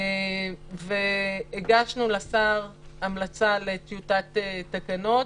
והגשנו לשר המלצה לטיוטת תקנות.